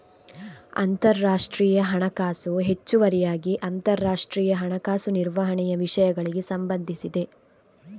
ಅಂತರರಾಷ್ಟ್ರೀಯ ಹಣಕಾಸು ಹೆಚ್ಚುವರಿಯಾಗಿ ಅಂತರರಾಷ್ಟ್ರೀಯ ಹಣಕಾಸು ನಿರ್ವಹಣೆಯ ವಿಷಯಗಳಿಗೆ ಸಂಬಂಧಿಸಿದೆ